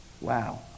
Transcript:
Wow